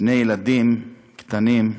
שני ילדים קטנים,